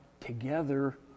together